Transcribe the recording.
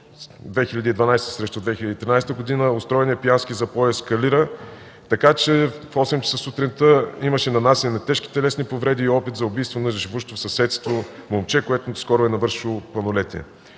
2012 срещу 2013 г., устроеният пиянски запой ескалира така, че в 8,00 ч. сутринта имаше нанасяне на тежки телесни повреди и опит за убийство на живеещо в съседство момче, което скоро е навършило пълнолетие.”